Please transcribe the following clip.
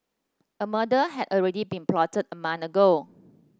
a murder had already been plotted a month ago